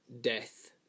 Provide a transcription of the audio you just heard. death